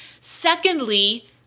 Secondly